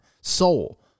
soul